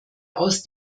aus